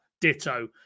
ditto